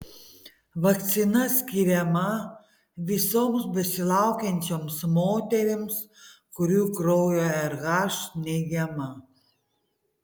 vakcina skiriama visoms besilaukiančioms moterims kurių kraujo rh neigiama